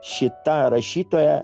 šita rašytoja